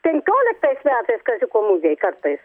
penkioliktais metais kaziuko mugei kartais